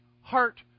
heart